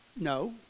No